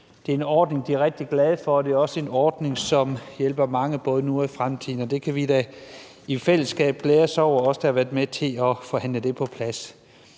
Det er en ordning, de er rigtig glade for, og det er også en ordning, som hjælper mange, både nu og i fremtiden, og det kan vi da i fællesskab glæde os over – os, der har været med til at forhandle det på plads.